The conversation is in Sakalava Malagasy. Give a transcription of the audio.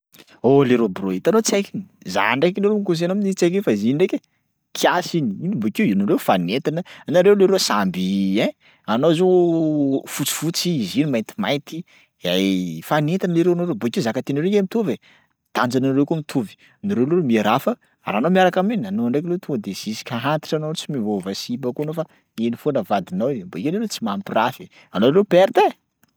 Oh leroa bro hitanao tsaiky iny! Za ndraiky leroa mi-conseil anao amin'i tsaiky iny fa ziny ndraiky e kiasy iny. Iny bakeo iz- nareo mifanentana, anareo leroa samby ein anao zao fotsifotsy zio maintimainty ay mifanenta leroa nareo bôkeo zaka tianareo nge mitovy e, tanjonanareo koa mitovy, nareo leroa miaraha fa araha anao miaraka amin'iny anao ndraiky loha tonga de juska antitra anao tsy miovaova sipa koa anao fa iny foana vadinao e bakeo leroa koa tsy mampirafy anao leroa perte e.